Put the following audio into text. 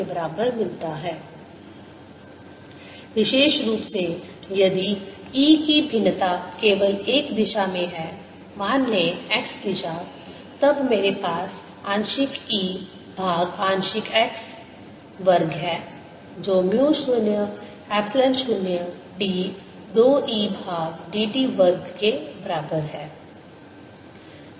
E0E B∂t B0B00E∂t E ∂tBE 2E ∂t00E∂t 2E002Et2 विशेष रूप से यदि E की भिन्नता केवल एक दिशा में है मान लें x दिशा तब मेरे पास आंशिक E भाग आंशिक x वर्ग है जो म्यू 0 एप्सिलॉन 0 d 2 E भाग dt वर्ग के बराबर है